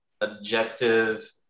objective